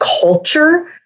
culture